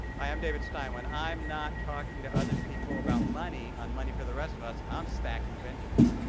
i am david stein when i'm not talking to other people about money on money for the rest of us, i'm stacking ventures.